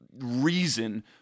reason